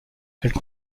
elles